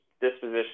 disposition